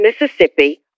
Mississippi